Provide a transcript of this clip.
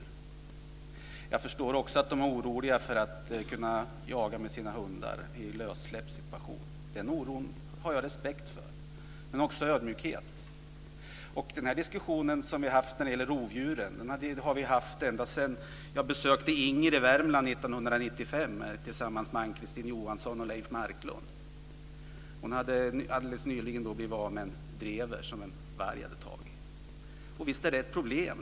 Jag förstår att de är oroliga för att jaga med sina hundar lössläppta. Jag har respekt för den oron, och jag känner också ödmjukhet. Den här diskussionen om rovdjuren har vi haft ända sedan jag besökte Inger i Värmland 1995 tillsammans med Ann-Kristine Johansson och Leif Marklund. Hon hade då blivit av med en drever som en varg hade tagit. Visst är det ett problem.